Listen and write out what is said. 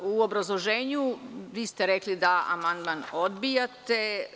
U obrazloženju vi ste rekli da amandman odbijate.